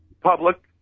Public